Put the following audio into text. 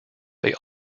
they